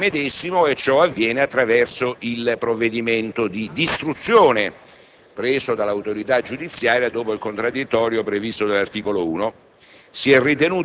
del materiale medesimo e ciò avviene attraverso il provvedimento di distruzione, preso dall'autorità giudiziaria, dopo il contraddittorio previsto dall'articolo 1.